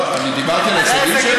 אני דיברתי על ההישגים שלה?